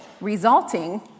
resulting